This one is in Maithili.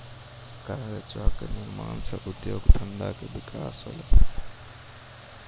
कागजो क निर्माण सँ उद्योग धंधा के विकास होलय